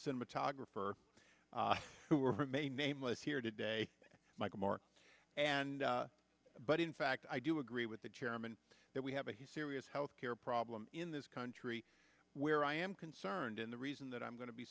cinematographer who are from a nameless here today michael moore and but in fact i do agree with the chairman that we have a he serious health care problem in this country where i am concerned and the reason that i'm going to be